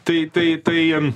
tai tai tai in